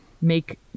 make